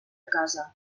casa